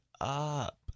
up